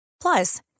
Plus